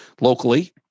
locally